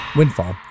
windfall